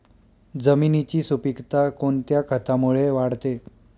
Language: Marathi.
जमिनीची सुपिकता कोणत्या खतामुळे वाढते?